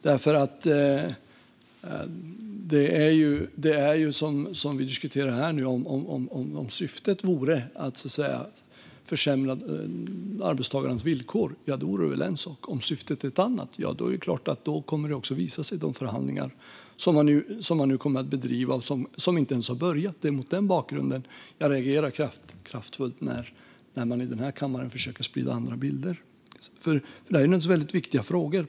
Om syftet vore, som vi diskuterar här, att så att säga försämra arbetstagarnas villkor vore det en sak. Om syftet är ett annat är det klart att det kommer att visa sig i de förhandlingar som man nu kommer att bedriva men som inte ens har börjat. Det är mot den bakgrunden jag reagerar kraftfullt när man i denna kammare försöker sprida andra bilder. Detta är naturligtvis väldigt viktiga frågor.